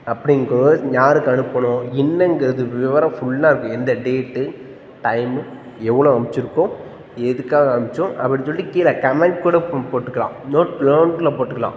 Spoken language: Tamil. அப்படிங்கறதுகூடோ யாருக்கு அனுப்பணும் என்னெங்கிறது விவரம் ஃபுல்லாக இருக்கும் எந்த டேட்டு டைமு எவ்வளோ அமுச்சுருக்கோம் எதுக்காக அமுச்சோம் அப்படின்னு சொல்லிட்டு கீழே கமெண்ட் கூட போட்டுக்கலாம் நோட் நோட்டில் போட்டுக்கலாம்